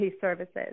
services